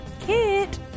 Kit